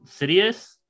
Sidious